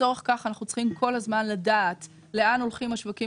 לצורך כך אנחנו צריכים כל הזמן לדעת לאם הולכים השווקים